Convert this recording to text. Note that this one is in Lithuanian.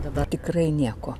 dabar tikrai nieko